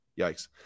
yikes